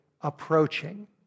approaching